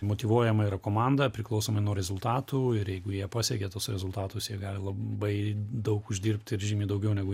motyvuojama yra komanda priklausomai nuo rezultatų ir jeigu jie pasiekė tuos rezultatus jie gali labai daug uždirbt ir žymiai daugiau negu